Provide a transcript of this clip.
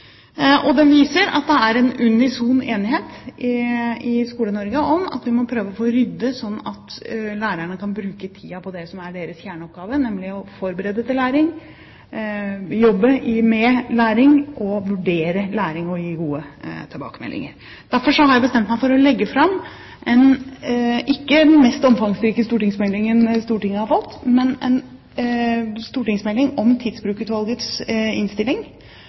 og rapporten viser at det er en unison enighet i Skole-Norge om at vi må prøve å få rydde sånn at lærerne kan bruke tiden på det som er deres kjerneoppgave, nemlig å forberede til læring, jobbe med læring, vurdere læring og gi gode tilbakemeldinger. Derfor har jeg bestemt meg for å legge fram ikke den mest omfangsrike stortingsmeldingen Stortinget har fått, men dog en stortingsmelding om Tidsbrukutvalgets innstilling.